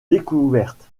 découverte